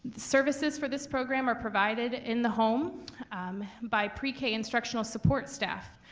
services for this program are provided in the home by pre k instructional support staff.